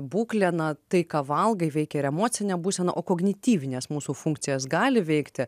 būklė na tai ką valgai veikia ir emocinę būseną o kognityvines mūsų funkcijas gali veikti